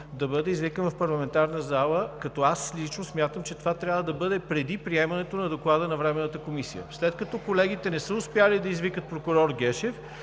да бъде извикан в парламентарната зала, като аз лично смятам, че това трябва да бъде преди приемането на Доклада на Временната комисия. След като колегите не са успели да извикат прокурор Гешев,